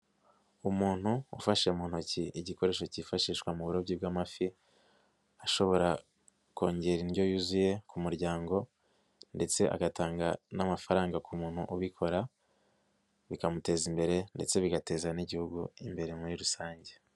Umuntu ufashe mu ntoki igikoresho cyifashishwa mu burobyi bw'amafi, ashobora kongera indyo yuzuye ku muryango ndetse agatanga n'amafaranga ku muntu ubikora, bikamuteza imbere ndetse bigateza n'Igihugu imbere muri rusange.